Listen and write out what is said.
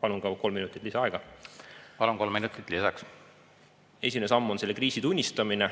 Palun kolm minutit lisaaega. Palun, kolm minutit lisaks! Esimene samm on selle kriisi tunnistamine,